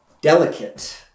delicate